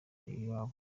iyabo